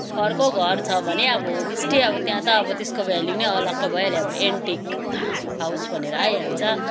खरको घर छ भने अब होमस्टे अब त्यहाँ त अब त्यसको भेल्यु नै अलग्गै भइहाल्यो अब एन्टिक हाउस भनेर आइहाल्छ